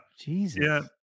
Jesus